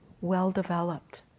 well-developed